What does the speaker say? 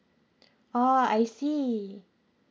oh I see